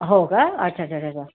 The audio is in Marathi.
हो का अच्छा च्छा च्छा च्छा